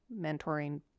mentoring